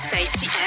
Safety